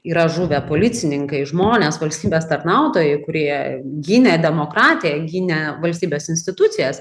yra žuvę policininkai žmonės valstybės tarnautojai kurie gynė demokratiją gynė valstybės institucijas